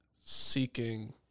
seeking